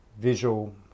visual